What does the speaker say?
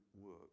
work